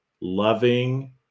loving